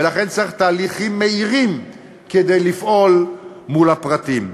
ולכן צריך תהליכים מהירים כדי לפעול מול הפרטים.